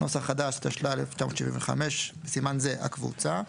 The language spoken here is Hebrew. השתשל"ה-1975 (בסימן זה הקבוצה),